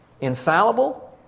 infallible